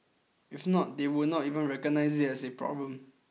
if not they would not even recognise it as a problem